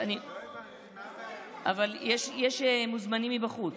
יש מוזמנים מבחוץ.